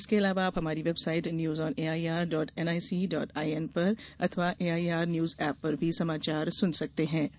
इसके अलावा आप हमारी website news on A I R dot N I C dot I N पर अथवा A I R news app पर भी समाचार सुन सकते हें